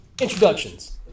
Introductions